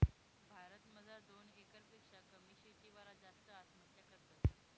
भारत मजार दोन एकर पेक्शा कमी शेती वाला जास्त आत्महत्या करतस